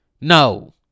no